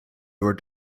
your